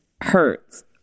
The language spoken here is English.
hurts